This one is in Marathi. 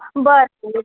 बरं चालेल